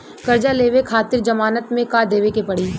कर्जा लेवे खातिर जमानत मे का देवे के पड़ी?